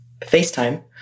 FaceTime